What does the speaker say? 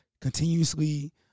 continuously